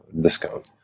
discount